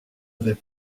avait